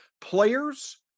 players